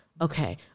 okay